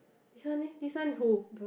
this one leh this one who